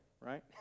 right